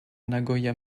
nagoya